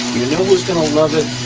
know who's gonna love it?